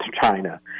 China